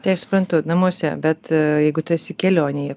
tai aš suprantu namuose bet jeigu tu esi kelionėje